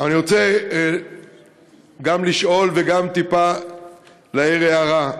אני רוצה לשאול וגם טיפה להעיר הערה.